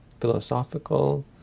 philosophical